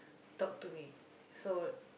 talk to me so